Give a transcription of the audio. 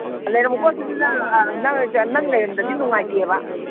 ꯂꯩꯔꯝꯃꯨꯀꯣ ꯑꯗꯨꯗꯤ ꯅꯪ ꯅꯪ ꯂꯩꯔꯝꯗ꯭ꯔꯗꯤ ꯅꯨꯡꯉꯥꯏꯇꯦꯕ